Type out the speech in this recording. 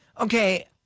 Okay